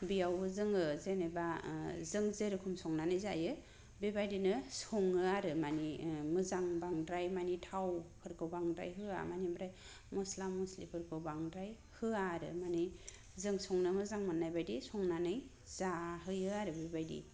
बेयावबो जोङो जेनोबा जों जेरेखम संनानै जायो बेबायदिनो सङो आरो मानि मोजां बांद्राय मानि थाव फोरखौ मानि बांद्राय होआ मानि आमफ्राय मस्ला मस्लिफोरखौ बांद्राय होआ आरो मानि जों संनो मोजां मोननाय बायदि संनानै जाहोयो आरो बेबायदि